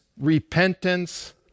repentance